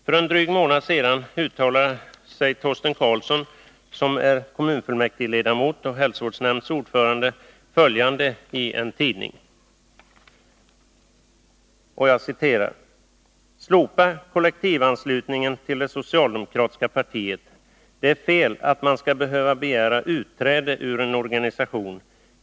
För en dryg månad sedan uttalade Torsten Carlsson, som är kommunfullmäktigledamot och hälsovårdsnämndens ordförande, i en tidning följande: ”Slopa kollektivanslutningen till det socialdemokratiska partiet. Det är fel att man ska behöva begära utträde ur en organisation.